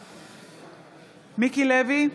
אינו נוכח מיקי לוי,